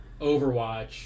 Overwatch